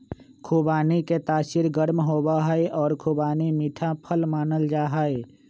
खुबानी के तासीर गर्म होबा हई और खुबानी मीठा फल मानल जाहई